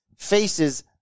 faces